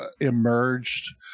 emerged